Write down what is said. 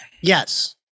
Yes